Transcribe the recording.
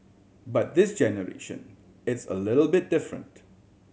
but this generation it's a little bit different